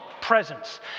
presence